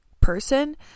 person